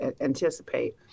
anticipate